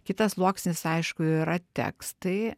kitas sluoksnis aišku yra tekstai